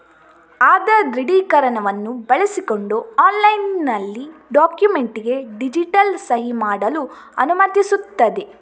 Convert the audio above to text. ಆಧಾರ್ ದೃಢೀಕರಣವನ್ನು ಬಳಸಿಕೊಂಡು ಆನ್ಲೈನಿನಲ್ಲಿ ಡಾಕ್ಯುಮೆಂಟಿಗೆ ಡಿಜಿಟಲ್ ಸಹಿ ಮಾಡಲು ಅನುಮತಿಸುತ್ತದೆ